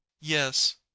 Yes